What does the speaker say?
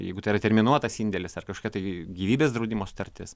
jeigu tai yra terminuotas indėlis ar kažkokia tai gyvybės draudimo sutartis